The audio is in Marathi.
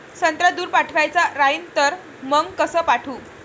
संत्रा दूर पाठवायचा राहिन तर मंग कस पाठवू?